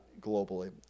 globally